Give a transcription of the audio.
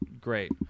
great